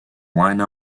line